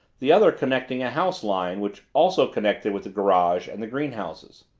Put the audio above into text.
the other connecting a house line which also connected with the garage and the greenhouses.